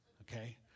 okay